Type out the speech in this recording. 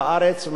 ויש אפליה.